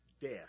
death